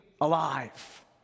alive